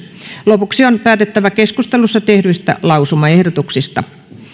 lopuksi on päätettävä keskustelussa tehdyistä lausumaehdotuksista